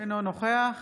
אינו נוכח